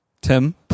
Tim